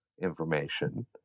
information